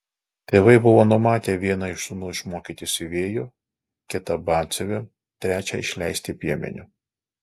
tėvai buvo numatę vieną iš sūnų išmokyti siuvėju kitą batsiuviu trečią išleisti piemeniu